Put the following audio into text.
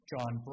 John